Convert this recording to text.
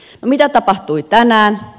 no mitä tapahtui tänään